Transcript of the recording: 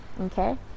Okay